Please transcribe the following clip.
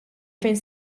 fejn